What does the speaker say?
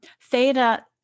theta